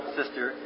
sister